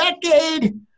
decade